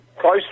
close